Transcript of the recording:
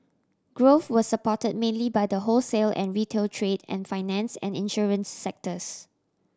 growth was supported mainly by the wholesale and retail trade and finance and insurance sectors